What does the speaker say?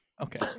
Okay